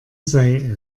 sei